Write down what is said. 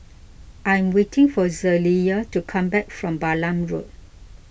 I am waiting for Jaliyah to come back from Balam Road